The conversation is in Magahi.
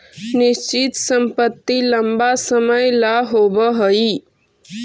निश्चित संपत्ति लंबा समय ला होवऽ हइ